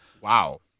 Wow